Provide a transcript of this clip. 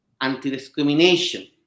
anti-discrimination